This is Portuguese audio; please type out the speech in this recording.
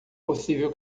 possível